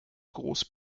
groß